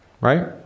Right